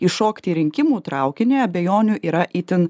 įšokti į rinkimų traukinį abejonių yra itin